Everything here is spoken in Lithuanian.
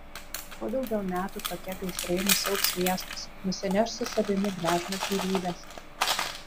po daugel metų tokie gaisrai nusiaubs miestus nusineš su savimi gležnas gyvybes